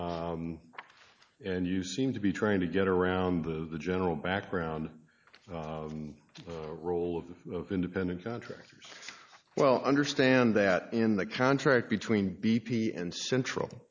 p and you seem to be trying to get around the general background role of the independent contractors well understand that in the contract between b p and central